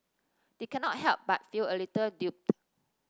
they cannot help but feel a little duped